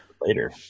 later